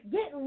Get